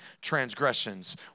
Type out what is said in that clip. transgressions